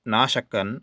ना शकन्